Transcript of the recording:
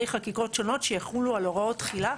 חקיקות שונות שיחולו על הוראות תחילה,